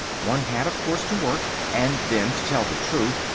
one had, of course, to work, and then, to tell the truth,